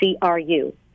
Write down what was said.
CRU